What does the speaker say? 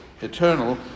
eternal